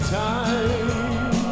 time